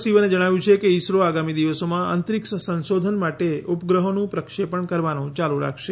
શિવને જણાવ્ય્ છે કે ઈસરો આગામી દિવસોમાં અંતરિક્ષ સંશોધન માટે ઉપગ્રહોનું પ્રક્ષેપણ કરવાનું ચાલુ રાખશે